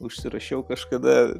užsirašiau kažkada